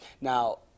Now